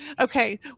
Okay